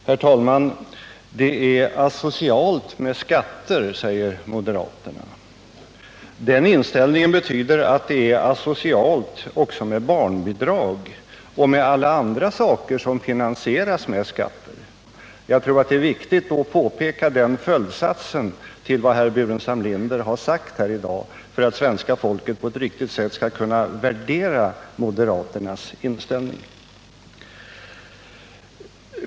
Herr talman! Det är asocialt med skatter, säger moderaterna. Den inställningen betyder att det är asocialt också med barnbidrag och med alla andra saker som finansieras med skatter. Jag tror att det är viktigt att påpeka den följdsatsen till vad herr Burens.am Linder har sagt här i dag för att svenska folket på ett riktigt sätt skall kunna värdera moderaternas inställning.